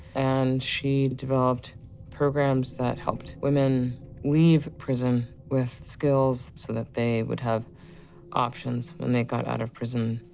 and she developed programs that helped women leave prison with skills, so that they would have options when they got out of prison.